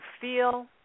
feel